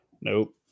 nope